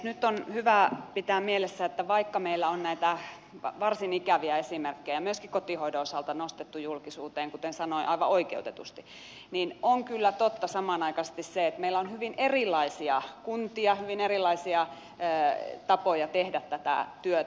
nyt on hyvä pitää mielessä että vaikka meillä on näitä varsin ikäviä esimerkkejä myöskin kotihoidon osalta nostettu julkisuuteen aivan oikeutetusti kuten sanoin niin on kyllä totta samanaikaisesti se että meillä on hyvin erilaisia kuntia hyvin erilaisia tapoja tehdä tätä työtä